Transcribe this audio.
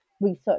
research